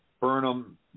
Burnham